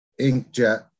inkjet